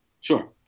Sure